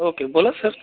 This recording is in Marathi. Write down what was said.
ओके बोला सर